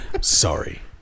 Sorry